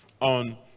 on